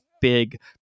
big